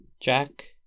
Jack